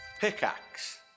pickaxe